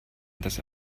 dass